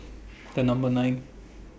The Number nine